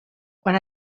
quan